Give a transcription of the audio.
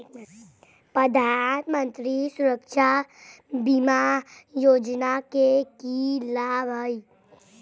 प्रधानमंत्री सुरक्षा बीमा योजना के की लाभ हई?